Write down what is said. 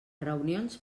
reunions